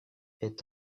est